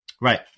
right